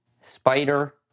Spider